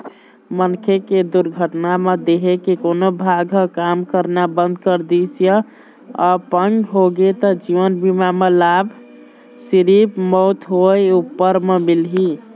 मनखे के दुरघटना म देंहे के कोनो भाग ह काम करना बंद कर दिस य अपंग होगे त जीवन बीमा म लाभ सिरिफ मउत होए उपर म मिलही